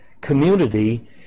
community